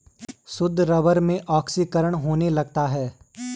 शुद्ध रबर में ऑक्सीकरण होने लगता है